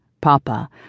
Papa